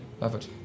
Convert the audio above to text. Perfect